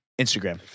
Instagram